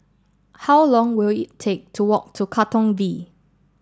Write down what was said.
how long will it take to walk to Katong V